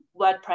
WordPress